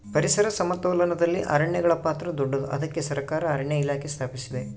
ಪರಿಸರ ಸಮತೋಲನದಲ್ಲಿ ಅರಣ್ಯಗಳ ಪಾತ್ರ ದೊಡ್ಡದು, ಅದಕ್ಕೆ ಸರಕಾರ ಅರಣ್ಯ ಇಲಾಖೆ ಸ್ಥಾಪಿಸಿದೆ